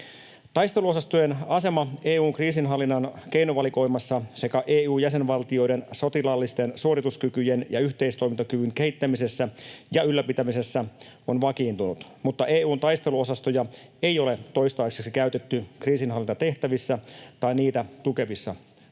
Taisteluosastojen asema EU:n kriisinhallinnan keinovalikoimassa sekä EU:n jäsenvaltioiden sotilaallisten suorituskykyjen ja yhteistoimintakyvyn kehittämisessä ja ylläpitämisessä on vakiintunut, mutta EU:n taisteluosastoja ei ole toistaiseksi käytetty kriisinhallintatehtävissä tai niitä tukevissa toiminnoissa.